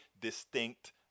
distinct